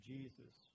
Jesus